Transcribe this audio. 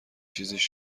چیزیش